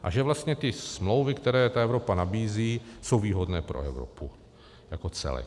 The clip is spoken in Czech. A že vlastně ty smlouvy, které ta Evropa nabízí, jsou výhodné pro Evropu jako celek.